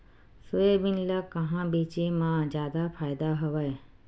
Soybean ल कहां बेचे म जादा फ़ायदा हवय?